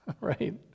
right